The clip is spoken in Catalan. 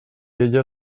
ella